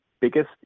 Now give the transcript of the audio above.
biggest